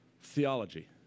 theology